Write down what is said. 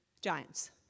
Giants